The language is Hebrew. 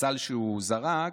בסל שהוא זרק,